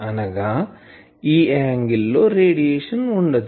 అనగా ఈ యాంగిల్ లో రేడియేషన్ ఉండదు